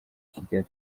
kigali